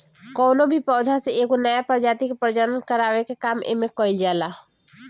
कवनो भी पौधा से एगो नया प्रजाति के प्रजनन करावे के काम एमे कईल जाला